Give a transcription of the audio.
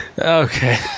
Okay